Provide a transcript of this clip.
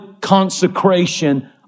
consecration